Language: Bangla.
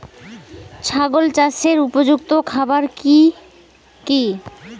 ছাগল চাষের উপযুক্ত খাবার কি কি?